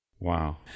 Wow